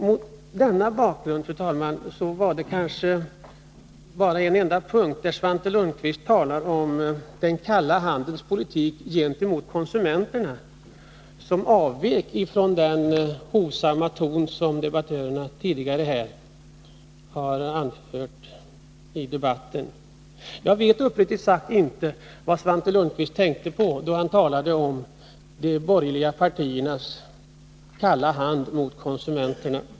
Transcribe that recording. Mot denna bakgrund, fru talman, var det kanske bara på en enda punkt, nämligen där Svante Lundkvist talar om den kalla handens politik gentemot konsumenterna, som man avvek från den hovsamma ton som debattörerna tidigare här har använt i debatten. Jag vet uppriktigt sagt inte vad Svante Lundkvist tänkte på då han talade om de borgerliga partiernas kalla hand mot konsumenterna.